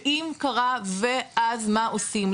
שאם קרה ואז מה עושים,